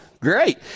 Great